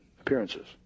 appearances